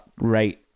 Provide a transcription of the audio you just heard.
rate